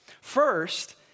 First